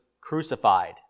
crucified